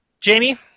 Jamie